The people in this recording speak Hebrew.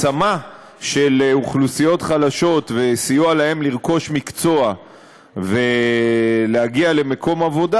השמה של אוכלוסיות חלשות וסיוע להן לרכוש מקצוע ולהגיע למקום עבודה,